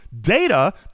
data